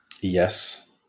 Yes